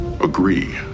agree